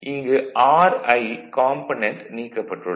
இங்கு Ri component நீக்கப்பட்டுள்ளது